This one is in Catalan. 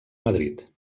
madrid